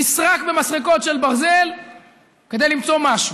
נסרק במסרקות של ברזל כדי למצוא משהו.